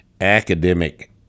academic